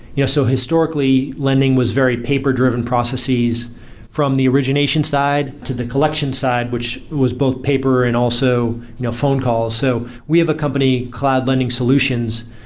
yeah so historically, lending was very paper-driven processes from the origination side to the collection side which was both paper and also you know phone calls. so we have a company cloud lending solutions,